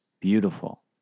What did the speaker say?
Beautiful